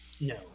no